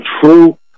true